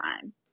time